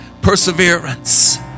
perseverance